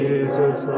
Jesus